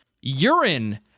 urine